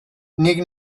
nik